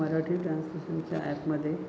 मराठी ट्रान्सलेशनच्या ॲपमध्ये